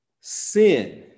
Sin